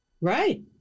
right